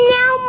Now